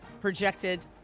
projected